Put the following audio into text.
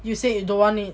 you say you don't want it